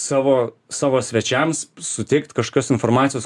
savo savo svečiams suteikt kažkokios informacijos